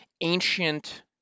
ancient